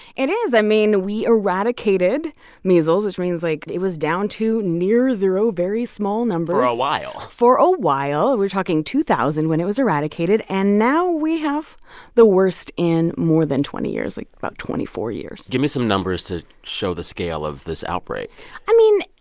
it is. i mean, we eradicated measles, which means, like, it was down to near to near zero, very small numbers for a while for a while. we're talking two thousand when it was eradicated. and now we have the worst in more than twenty years like, about twenty four years give me some numbers to show the scale of this outbreak i mean,